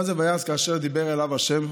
מה זה "ויעש כאשר דיבר אליו ה'"?